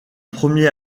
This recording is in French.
premier